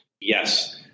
Yes